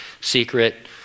secret